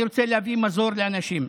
אני רוצה להביא מזור לאנשים.